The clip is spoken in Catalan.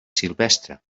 silvestre